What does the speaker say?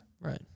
Right